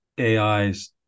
AIs